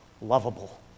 lovable